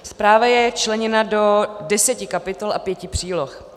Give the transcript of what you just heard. Zpráva je členěna do deseti kapitol a pěti příloh.